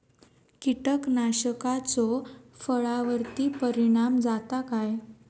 कीटकनाशकाचो फळावर्ती परिणाम जाता काय?